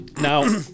Now